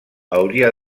hauria